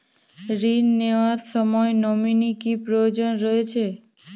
ঋণ নেওয়ার সময় নমিনি কি প্রয়োজন রয়েছে?